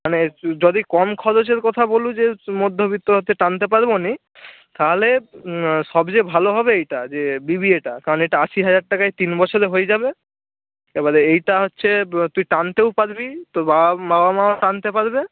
মানে যদি কম খরচের কথা বলো যে মধ্যবিত্ত হচ্ছে টানতে পারব না তাহলে সবচেয়ে ভালো হবে এইটা যে বি বি এ টা কারণ এটা আশি হাজার টাকায় তিন বছরে হয়ে যাবে এবারে এইটা হচ্ছে তুই টানতেও পারবি তোর বাবা বাবা মাও টানতে পারবে